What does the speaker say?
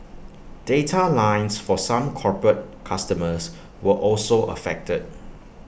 data lines for some corporate customers were also affected